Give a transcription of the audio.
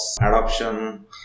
adoption